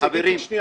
חברים,